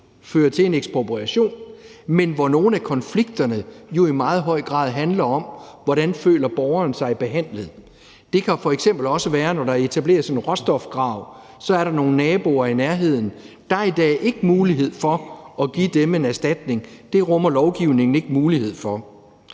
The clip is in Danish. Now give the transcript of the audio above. fører til en ekspropriation, men hvor nogle af konflikterne jo i meget høj grad handler om, hvordan borgeren føler sig behandlet. Det kan f.eks. også være, når der etableres en råstofgrav, for så er der nogle naboer i nærheden, og der er i dag ikke mulighed for at give dem en erstatning, for det rummer lovgivningen ikke mulighed for.